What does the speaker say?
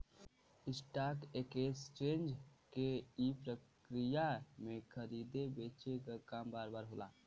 stock exchange के ई प्रक्रिया में खरीदे बेचे क काम बार बार होला